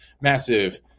massive